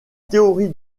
théorie